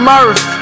Murph